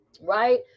Right